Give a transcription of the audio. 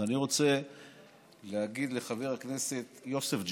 אז אני רוצה להגיד לחבר הכנסת יוסף ג'בארין,